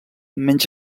menys